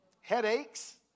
headaches